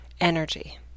energy